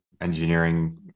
engineering